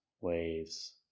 waves